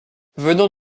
venant